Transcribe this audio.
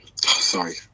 sorry